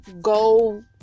go